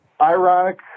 Ironic